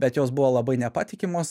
bet jos buvo labai nepatikimos